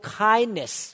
kindness